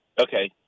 Okay